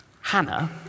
Hannah